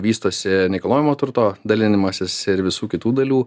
vystosi nekilnojamo turto dalinimasis ir visų kitų dalių